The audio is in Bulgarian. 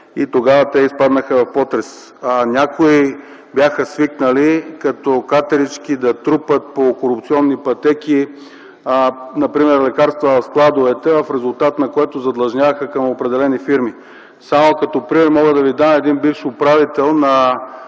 и тогава те изпаднаха в потрес. Някои бяха свикнали като катерички да трупат по корупционни пътеки, например лекарства в складовете, в резултат на което задлъжняха към определени фирми. Само като пример мога да ви дам един бивш управител на